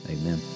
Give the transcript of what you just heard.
amen